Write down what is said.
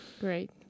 Great